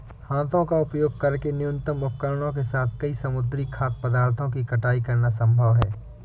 हाथों का उपयोग करके न्यूनतम उपकरणों के साथ कई समुद्री खाद्य पदार्थों की कटाई करना संभव है